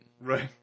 Right